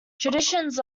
traditions